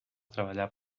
treballar